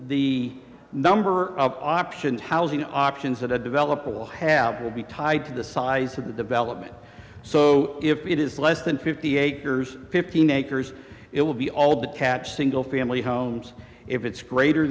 the number of options housing options that a developer will have will be tied to the size of the development so if it is less than fifty acres fifteen acres it will be all the catch single family homes if it's greater